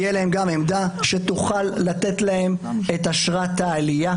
תהיה להם גם עמדה שתוכל לתת להם את אשרת העלייה,